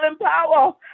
power